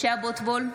(קוראת בשמות חברי הכנסת) משה אבוטבול,